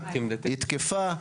היא תקפה,